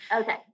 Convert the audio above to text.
okay